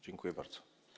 Dziękuję bardzo.